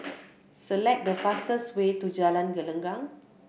select the fastest way to Jalan Gelenggang